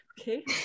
Okay